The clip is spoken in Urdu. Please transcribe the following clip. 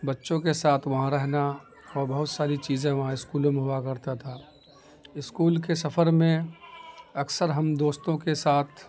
بچوں کے ساتھ وہاں رہنا اور بہت ساری چیزیں وہاں اسکولوں میں ہوا کرتا تھا اسکول کے سفر میں اکثر ہم دوستوں کے ساتھ